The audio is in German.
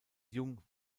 jung